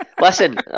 Listen